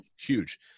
huge